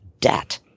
debt